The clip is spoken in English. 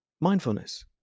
mindfulness